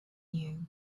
you